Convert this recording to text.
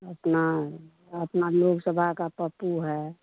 अपना अपना लोकसभा का पप्पू है